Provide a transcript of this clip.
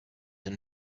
and